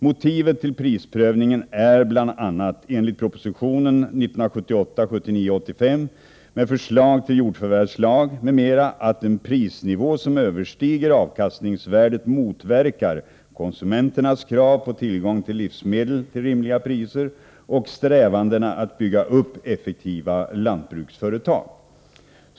Motivet till prisprövningen är bl.a. enligt proposition 1978/79:85 med förslag till jordförvärvslag, m.m. att en prisnivå som överstiger avkastningsvärdet motverkar konsumenternas krav på tillgång till livsmedel till rimliga priser och strävandena att bygga upp effektiva lantbruksföretag.